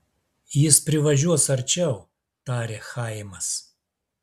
jis privažiuos arčiau tarė chaimas